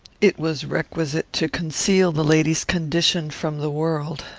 it was requisite to conceal the lady's condition from the world.